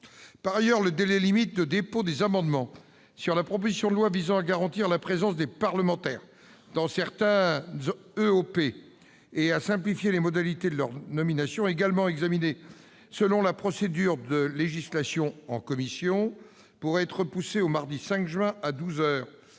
Par ailleurs, le délai limite de dépôt des amendements sur la proposition de loi visant à garantir la présence des parlementaires dans certains organismes extraparlementaires et à simplifier les modalités de leur nomination, également examinée selon la procédure de législation en commission, pourrait être repoussé au mardi 5 juin 2018,